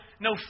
no